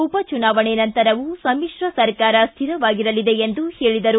ಉಪಚುನಾವಣೆ ನಂತರವೂ ಸಮಿತ್ರ ಸರ್ಕಾರ ಸ್ಥಿರವಾಗಿರಲಿದೆ ಎಂದರು